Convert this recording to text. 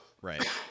Right